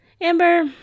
Amber